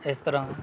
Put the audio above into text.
ਇਸ ਤਰ੍ਹਾਂ